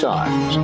Times